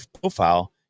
profile